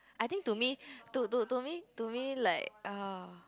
I think to me to to to me to me like ah